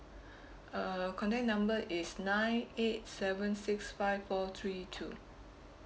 uh contact number is nine eight seven six five four three two